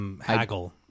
Haggle